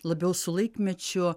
labiau su laikmečiu